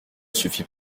suffit